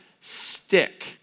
stick